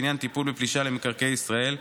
בעניין טיפול בפלישה למקרקעי ישראל,